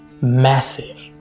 massive